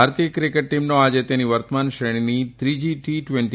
ભારતીય ક્રિકેટ ટીમનો આજે તેની વર્તમાન શ્રેણીની ટ્રીજી ટી ટવેન્ટી